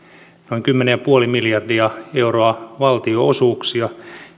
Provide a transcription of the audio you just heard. noin kymmenen pilkku viisi miljardia euroa valtionosuuksia